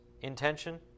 intention